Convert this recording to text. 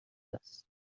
است